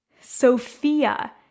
Sophia